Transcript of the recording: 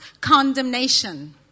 condemnation